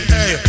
Hey